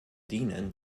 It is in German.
dienen